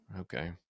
Okay